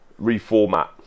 Reformat